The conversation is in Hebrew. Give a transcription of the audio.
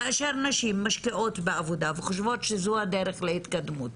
כאשר נשים משקיעות בעבודה וחושבות שזו הדרך להתקדמות,